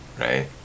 right